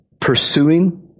pursuing